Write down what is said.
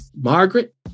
Margaret